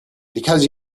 because